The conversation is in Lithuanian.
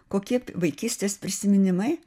kokie vaikystės prisiminimai